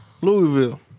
Louisville